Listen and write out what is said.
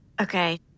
Okay